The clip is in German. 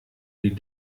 die